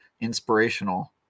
inspirational